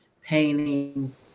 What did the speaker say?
painting